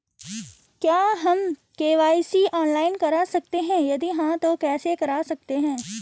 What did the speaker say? क्या हम KYC online करा सकते हैं यदि हाँ तो कैसे करा सकते हैं?